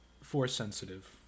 Force-sensitive